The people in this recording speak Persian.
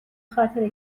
خاطر